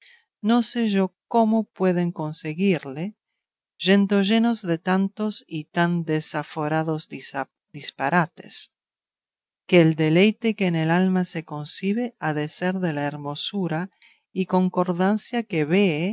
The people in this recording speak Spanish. no sé yo cómo puedan conseguirle yendo llenos de tantos y tan desaforados disparates que el deleite que en el alma se concibe ha de ser de la hermosura y concordancia que vee